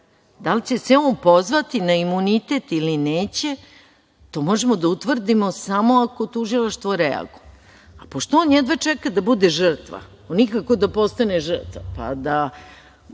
Da li će se on pozvati na imunitet ili neće, to možemo da utvrdio samo ako tužilaštvo reaguje. Pošto on čeka da bude žrtva, on nikako da postane žrtva, pa da